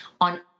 on